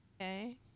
Okay